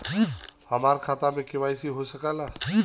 हमार खाता में के.वाइ.सी हो सकेला?